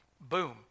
Boom